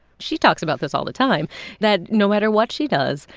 she talks about this all the time that, no matter what she does,